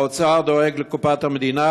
האוצר דואג לקופת המדינה,